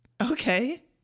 Okay